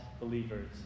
believers